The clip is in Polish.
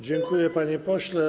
Dziękuję, panie pośle.